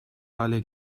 hale